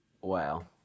Wow